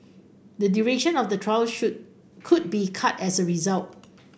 the duration of the trial should could be cut as a result